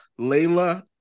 Layla